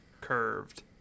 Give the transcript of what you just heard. curved